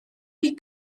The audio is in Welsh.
chi